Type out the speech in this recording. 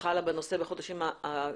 שחלה בנושא בחודשים האחרונים.